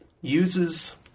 uses